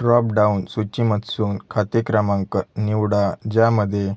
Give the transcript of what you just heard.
drop down सूचीमधसून खाते क्रमांक निवडा ज्यामध्ये